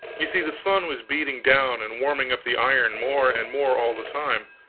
you see, the sun was beating down and warming up the iron more and more all the time.